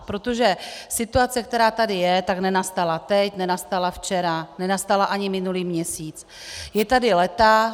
Protože situace, která tady je, nenastala teď, nenastala včera, nenastala ani minulý měsíc, je tady léta.